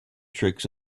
tricks